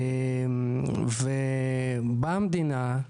ובאה המדינה,